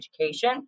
education